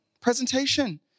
presentation